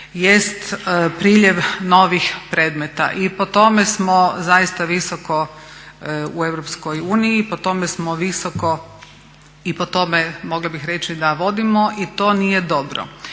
jest priljev novih predmeta. I po tome smo zaista visoko u Europskoj uniji, po tome smo visoko i po tome mogla bih reći da vodimo i to nije dobro.